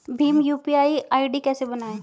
Bhim UPI ID कैसे बनाएं?